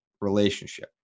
relationship